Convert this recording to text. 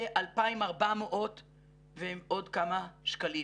כ-2,400 ועוד כמה שקלים.